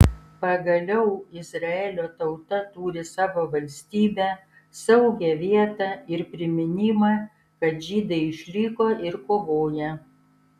pagaliau izraelio tauta turi savo valstybę saugią vietą ir priminimą kad žydai išliko ir kovoja